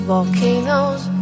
Volcanoes